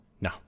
No